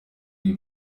ibi